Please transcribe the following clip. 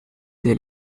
ailes